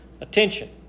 attention